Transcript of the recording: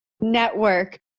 Network